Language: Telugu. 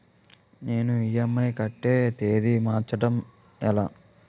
నేను ఇ.ఎం.ఐ కట్టే తేదీ మార్చడం ఎలా?